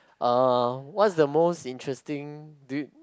uh what's the most interesting do you